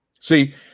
See